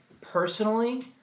personally